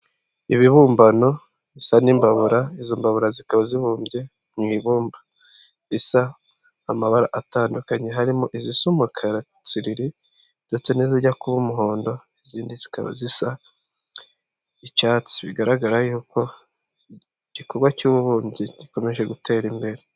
Ibibumbano bisa n'imbabura izo mbabura zikaba zibumbye mu ibumba, zisa amabara atandukanye harimo izisa umukara tsiriri ndetse n'izijya kuba umuhondo izindi zikaba zisa icyatsi bigaragara yuko igikorwa cy'ububumbyi gikomeje gutera imbere.